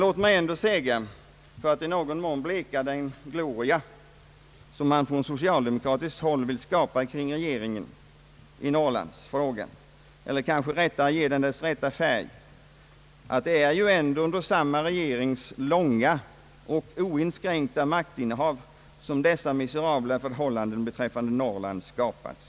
Låt mig då framhålla, för att i någon mån bleka den gloria som man från socialdemokratiskt håll vill skapa kring regeringen i Norrlandsfrågan, eller rättare sagt för att ge den dess rätta färg, att det ändå är under samma regerings långa och oinskränkta maktinnehav som dessa miserabla förhållanden beträffande Norrland skapats.